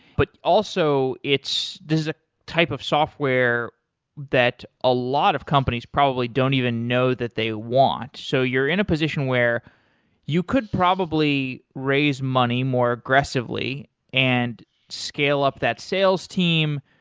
but also, this is a type of software that a lot of companies probably don't even know that they want. so you're in a position where you could probably raise money more aggressively and scale up that sales team,